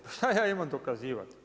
Pa šta ja imam dokazivati.